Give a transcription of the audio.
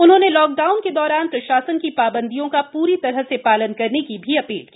उन्होंने लॉकडाउन के दौरान प्रशासन की शाबंदियों का प्री तरह से शालन करने की भी अशील की